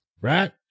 Right